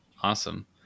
awesome